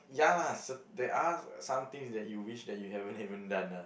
ya lah there are some things that you wish that you haven't haven't done lah